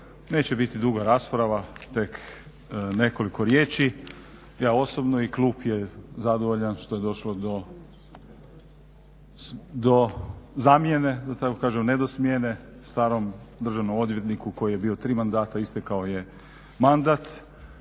Neće biti duga rasprava, tek nekoliko riječi. Ja osobno i klub je zadovoljan što je došlo do zamjene, da tako kažem, ne do smjene starom državnom odvjetniku koji je bio tri mandata, istekao je mandat